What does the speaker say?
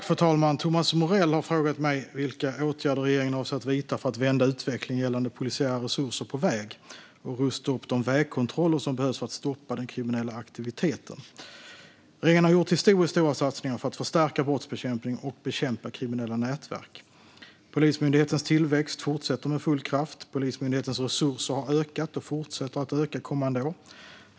Fru talman! Thomas Morell har frågat mig vilka åtgärder regeringen avser att vidta för att vända utvecklingen gällande polisiära resurser på väg och rusta upp de vägkontroller som behövs för att stoppa den kriminella aktiviteten. Regeringen har gjort historiskt stora satsningar för att förstärka brottsbekämpningen och bekämpa kriminella nätverk. Polismyndighetens tillväxt fortsätter med full kraft. Polismyndighetens resurser har ökat och fortsätter att öka kommande år.